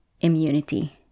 immunity